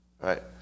right